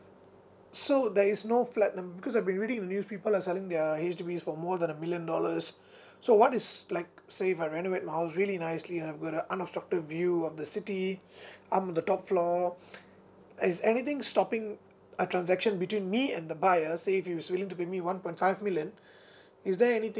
so there is no flat um because I've been reading news people are selling their H_D_Bs for more than a million dollars so what is like say if I renovate my house really nicely I've got uh unobstructed view of the city I'm at the top floor is anything stopping a transaction between me and the buyer say if he's willing to pay me one point five million is there anything